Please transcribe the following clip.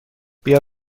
بیا